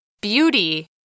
Beauty